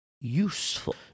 useful